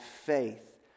faith